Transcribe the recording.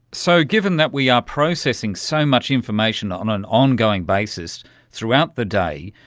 so given that we are processing so much information on an ongoing basis throughout the day,